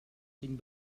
cinc